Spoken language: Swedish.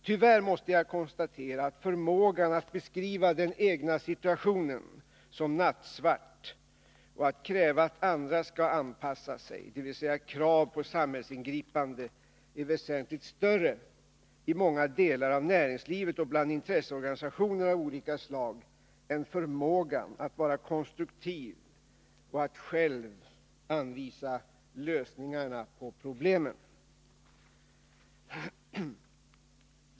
Tyvärr måste jag konstatera att förmågan att beskriva den egna situationen som nattsvart och att kräva att andra skall anpassa sig — dvs. krav på samhällsingripande — är väsentligt större i många delar av näringslivet och bland intresseorganisationer av olika slag än förmågan att vara konstruktiv och att själv anvisa lösningar på problemen.